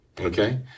Okay